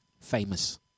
famous